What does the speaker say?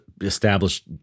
established